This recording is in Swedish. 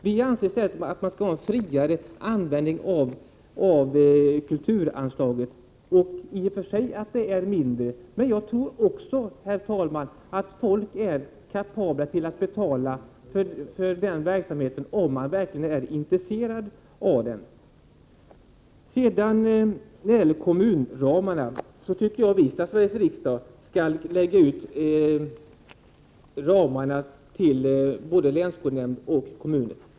Vi anser att man skall ha en friare användning av kulturanslaget, i och för sig kan det vara mindre. Jag tror, herr talman, att folk är kapabla till att betala för den verksamhet de verkligen är intresserade av. När det gäller kommunramarna tycker jag visst att Sveriges riksdag skall lägga ut ramarna till både länsskolnämnd och kommuner.